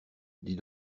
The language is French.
dis